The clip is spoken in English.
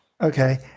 Okay